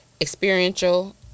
experiential